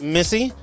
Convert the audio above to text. Missy